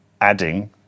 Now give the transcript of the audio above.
adding